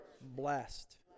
blessed